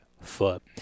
foot